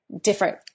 different